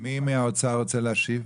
מי מהאוצר רוצה להשיב?